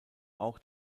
auch